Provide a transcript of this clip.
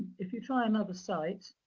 if you try another site,